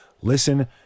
listen